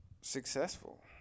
successful